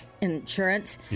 insurance